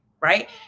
right